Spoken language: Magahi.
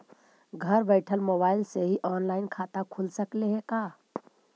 घर बैठल मोबाईल से ही औनलाइन खाता खुल सकले हे का?